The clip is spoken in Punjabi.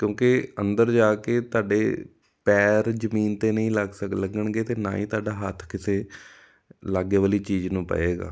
ਕਿਉਂਕਿ ਅੰਦਰ ਜਾ ਕੇ ਤੁਹਾਡੇ ਪੈਰ ਜ਼ਮੀਨ 'ਤੇ ਨਹੀਂ ਲੱਗ ਸਕ ਲੱਗਣਗੇ ਅਤੇ ਨਾ ਹੀ ਤੁਹਾਡਾ ਹੱਥ ਕਿਸੇ ਲਾਗੇ ਵਾਲੀ ਚੀਜ਼ ਨੂੰ ਪਵੇਗਾ